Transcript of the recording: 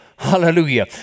Hallelujah